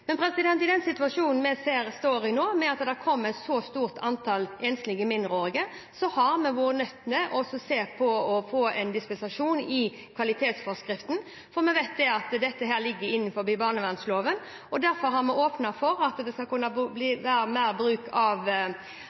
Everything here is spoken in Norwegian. Men i den situasjonen vi står i nå, med at det kommer et så stort antall enslige mindreårige, har vi vært nødt til å se på og få en dispensasjon i kvalitetsforskriften. Vi vet at dette ligger innenfor barnevernsloven, derfor har vi åpnet for at det skal kunne være mer bruk av